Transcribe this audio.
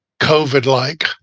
COVID-like